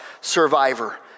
survivor